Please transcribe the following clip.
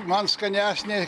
man skanesni